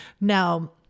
Now